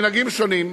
מנהגים שונים,